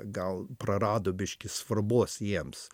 gal prarado biškį svarbos jiems